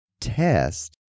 test